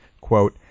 quote